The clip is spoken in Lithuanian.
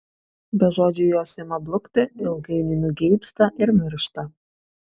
be žodžių jos ima blukti ilgainiui nugeibsta ir miršta